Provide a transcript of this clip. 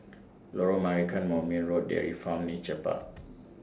Lorong Marican Moulmein Road Dairy Farm Nature Park